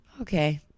Okay